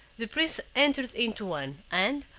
the prince entered into one, and,